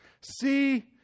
See